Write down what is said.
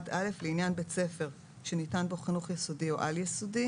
"(1א)לעניין בית ספר שניתן בו חינוך יסודי או על יסודי